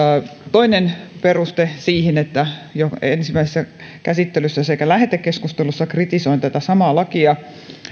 toinen peruste siihen ensimmäisessä käsittelyssä sekä lähetekeskustelussa kritisoin tätä samaa lakia